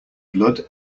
blood